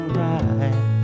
right